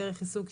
דרך עיסוק,